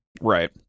Right